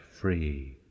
free